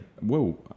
Whoa